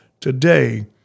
Today